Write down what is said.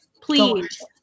please